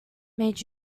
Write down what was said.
made